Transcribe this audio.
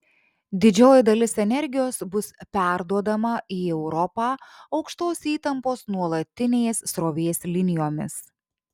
didžioji dalis energijos bus perduodama į europą aukštos įtampos nuolatinės srovės linijomis